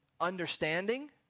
understanding